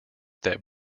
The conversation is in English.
that